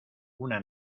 una